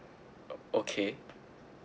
oh okay